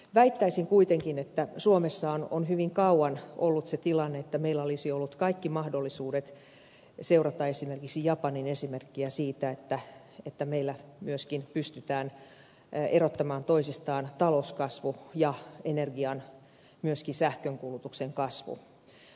väittäisin kuitenkin että suomessa on hyvin kauan ollut se tilanne että meillä olisi ollut kaikki mahdollisuudet seurata esimerkiksi japanin esimerkkiä siitä että meillä myöskin pystytään erottamaan toisistaan talouskasvu ja energian myöskin sähkönkulutuksen kasvu